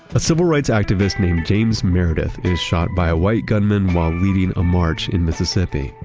a civil rights activist named james meredith is shot by a white gunman while leading a march in mississippi.